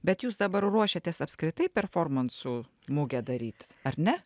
bet jūs dabar ruošiatės apskritai performansų mugę daryt ar ne